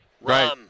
right